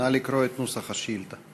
נא לקרוא את נוסח השאילתה.